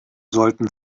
sollten